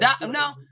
no